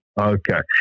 okay